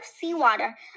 seawater